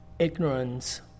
ignorance